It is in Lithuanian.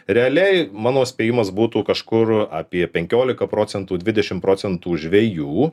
realiai mano spėjimas būtų kažkur apie penkiolika procentų dvidešimt procentų žvejų